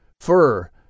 fur